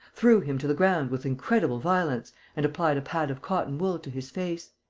threw him to the ground with incredible violence and applied a pad of cotton-wool to his face.